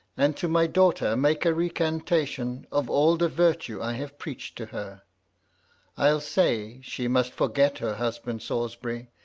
and to my daughter make a recantation of all the virtue i have preacht to her i'll say, she must forget her husband salisbury,